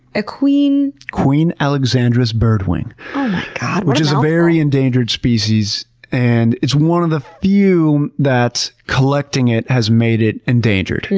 a queen. queen alexandra's birdwing which is a very endangered species and it's one of the few that collecting it has made it endangered.